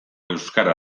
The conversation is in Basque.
euskara